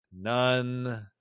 None